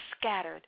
scattered